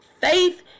Faith